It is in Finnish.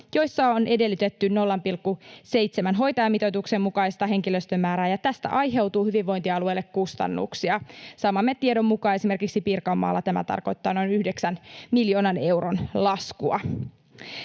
joissa on edellytetty 0,7-hoitajamitoituksen mukaista henkilöstömäärää, ja tästä aiheutuu hyvinvointialueille kustannuksia. Saamamme tiedon mukaan esimerkiksi Pirkanmaalla tämä tarkoittaa noin 9 miljoonan euron laskua.